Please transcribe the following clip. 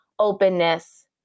openness